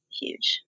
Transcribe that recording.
huge